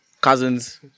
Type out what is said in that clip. cousins